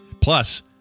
Plus